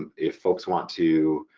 and if folks want to